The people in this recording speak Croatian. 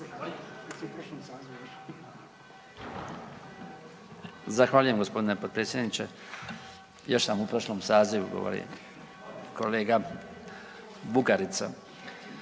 Zahvaljujem g. potpredsjedniče. Još sam u prošlom sazivu, ovaj, kolega, Bukarica.